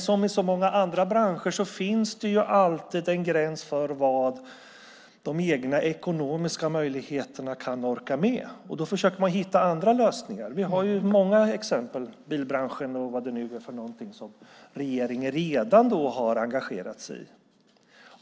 Som i så många andra branscher finns alltid en gräns för vad de egna ekonomiska möjligheterna kan orka med. Då försöker man hitta andra lösningar. Det finns många exempel, till exempel bilbranschen, där regeringen redan har engagerat sig.